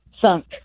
Sunk